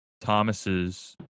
Thomas's